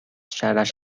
شرش